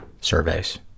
surveys